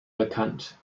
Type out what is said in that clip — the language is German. bekannt